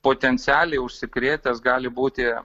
potencialiai užsikrėtęs gali būti